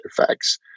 effects